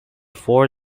four